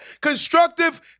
constructive